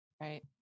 Right